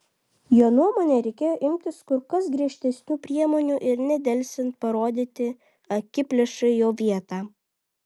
jo nuomone reikėjo imtis kur kas griežtesnių priemonių ir nedelsiant parodyti akiplėšai jo vietą